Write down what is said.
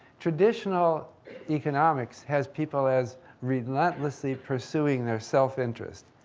traditional economics has people as relentlessly pursuing their self interest.